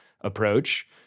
approach